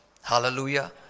Hallelujah